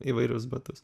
įvairius batus